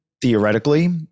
theoretically